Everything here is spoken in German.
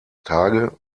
tage